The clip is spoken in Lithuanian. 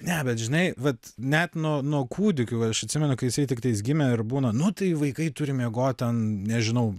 ne bet žinai vat net nuo nuo kūdikių aš atsimenu kai jisai tiktais gimė ar būna nu tai vaikai turi miegot ten nežinau